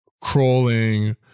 crawling